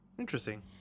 Interesting